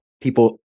people